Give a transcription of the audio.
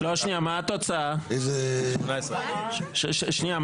הצבעה בעד 4 נגד 6 נמנעים 1 לא אושר.